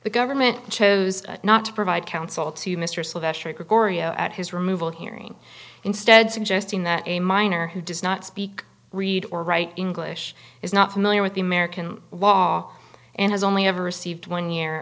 the government chose not to provide counsel to mr sylvester gregorio at his removal hearing instead suggesting that a miner who does not speak read or write english is not familiar with the american law and has only ever received one year